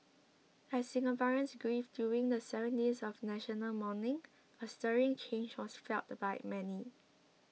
as Singaporeans grieved during the seven days of national mourning a stirring change was felt by many